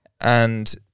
And-